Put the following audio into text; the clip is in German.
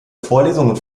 vorlesungen